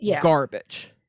garbage